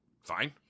fine